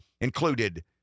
included